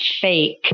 fake